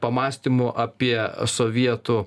pamąstymų apie sovietų